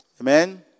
Amen